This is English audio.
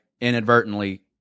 inadvertently